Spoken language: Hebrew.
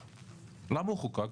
למה הוא נחקק?